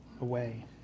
away